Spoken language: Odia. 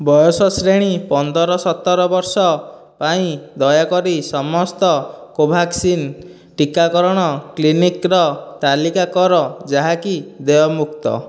ବୟସ ଶ୍ରେଣୀ ପନ୍ଦର ସତର ବର୍ଷ ପାଇଁ ଦୟାକରି ସମସ୍ତ କୋଭାକ୍ସିନ୍ ଟିକାକରଣ କ୍ଲିନିକ୍ର ତାଲିକା କର ଯାହାକି ଦେୟମୁକ୍ତ